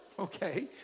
Okay